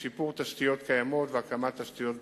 שיפור תשתיות קיימות והקמת תשתיות בטיחות.